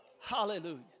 Hallelujah